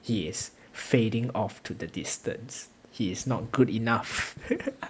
he is fading off to the distance he is not good enough